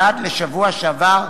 ועד השבוע שעבר,